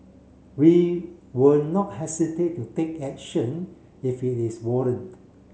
we will not hesitate to take action if it is warrant